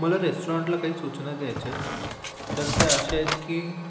मला रेस्टॉरंटला काही सूचना द्यायच्या आहेत तर त्या अशा आहेत की